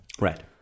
right